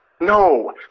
No